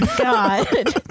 God